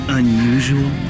unusual